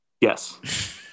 yes